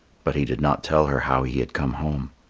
but he did not tell her how he had come home.